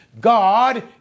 God